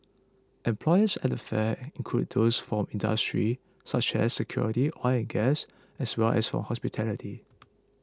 employers at the fair include those from industries such as security oil and gas as well as hospitality